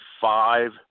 five